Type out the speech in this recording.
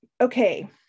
Okay